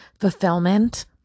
fulfillment